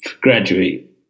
graduate